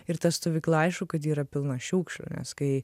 ir ta stovykla aišku kad ji yra pilna šiukšlių nes kai